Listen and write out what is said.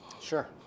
Sure